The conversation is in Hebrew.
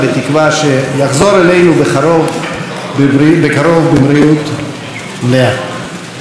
בתקווה שיחזור אלינו בקרוב בבריאות מלאה.